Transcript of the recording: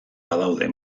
badaude